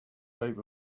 heap